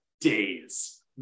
days